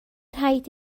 rhaid